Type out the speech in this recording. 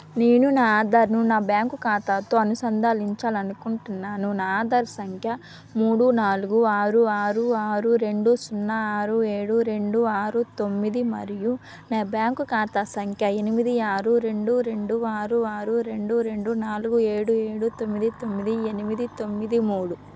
నేను నా ఆధార్ను నా బ్యాంకు ఖాతాతో అనుసంధానించాలి అనుకుంటున్నాను నా ఆధార్ సంఖ్య మూడు నాలుగు ఆరు ఆరు ఆరు రెండు సున్నా ఆరు ఏడు రెండు ఆరు తొమ్మిది మరియు నా బ్యాంకు ఖాతా సంఖ్య ఎనిమిది ఆరు రెండు రెండు ఆరు ఆరు రెండు రెండు నాలుగు ఏడు ఏడు తొమ్మిది తొమ్మిది ఎనిమిది తొమ్మిది మూడు